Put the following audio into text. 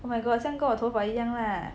oh my god 像跟我头发一样 lah